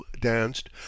danced